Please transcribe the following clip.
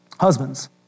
Husbands